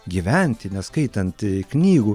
gyventi neskaitant knygų